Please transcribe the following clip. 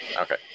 Okay